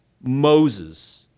Moses